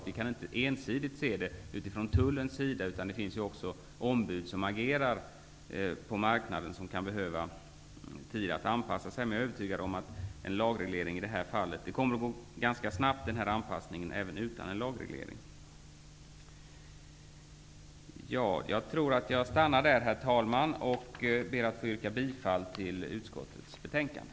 Vi kan inte ensidigt se detta från Tullens perspektiv, utan det finns också ombud som agerar på marknaden, som kan behöva tid att anpassa sig. Men jag är övertygad om att en anpassning kan ske ganska snabbt även utan en lagreglering. Herr talman! Jag avslutar med att yrka bifall till hemställan i utskottets betänkande.